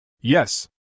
Yes